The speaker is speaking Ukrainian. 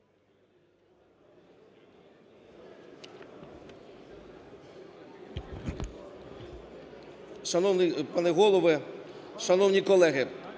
Шановний пане Голово, шановні колеги!